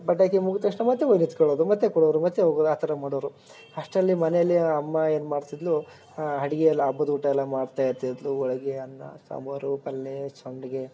ಪಟಾಕಿ ಮುಗ್ದ ತಕ್ಷಣ ಮತ್ತೆ ಹೋಗಿ ನಿಂತ್ಕೊಳೋದು ಮತ್ತೆ ಕೊಡೋರು ಮತ್ತೆ ಹೋಗೋದು ಆ ಥರ ಮಾಡೋರು ಅಷ್ಟರಲ್ಲಿ ಮನೇಲಿ ಅಮ್ಮ ಏನ್ಮಾಡ್ತಿದ್ಲು ಅಡುಗೆ ಎಲ್ಲ ಹಬ್ಬದ ಊಟ ಎಲ್ಲ ಮಾಡ್ತಾ ಇರ್ತಿದ್ಲು ಒಳಗೆ ಅನ್ನ ಸಾಂಬಾರು ಪಲ್ಲೆ ಸಂಡಿಗೆ